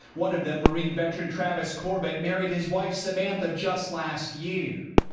one of them marine veteran travis corbit married his wife samantha just last year.